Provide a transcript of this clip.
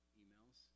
emails